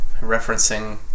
referencing